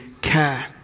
care